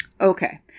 okay